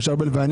משה ארבל ואני,